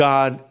God